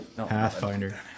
Pathfinder